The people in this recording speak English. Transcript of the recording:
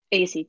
ACT